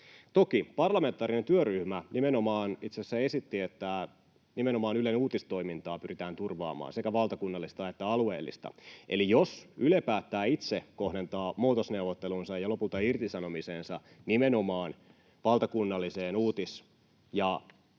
Toki parlamentaarinen työryhmä itse asiassa esitti, että nimenomaan Ylen uutistoimintaa pyritään turvaamaan, sekä valtakunnallista että alueellista, eli jos Yle päättää itse kohdentaa muutosneuvottelunsa ja lopulta irtisanomisensa nimenomaan valtakunnalliseen uutistoimintaan